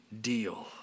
deal